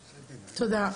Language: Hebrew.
תודה.